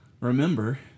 remember